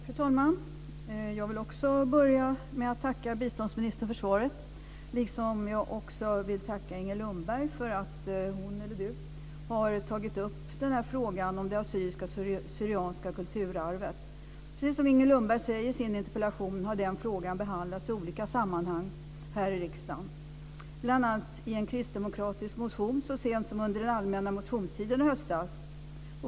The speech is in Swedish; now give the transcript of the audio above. Fru talman! Jag vill börja med att tacka biståndsministern för svaret. Jag vill också tacka Inger Lundberg för att hon har tagit upp frågan om det assyrisk/syrianska kulturarvet. Precis som Inger Lundberg säger i sin interpellation har den frågan behandlats i olika sammanhang här i riksdagen, bl.a. i en kristdemokratisk motion så sent som under den allmänna motionstiden i höstas.